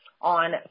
on